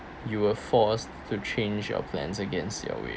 you were forced to change your plans against your will